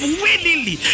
willingly